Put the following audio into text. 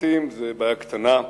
המשטים זו בעיה קטנה.